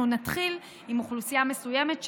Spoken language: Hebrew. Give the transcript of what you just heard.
אנחנו נתחיל עם אוכלוסייה מסוימת,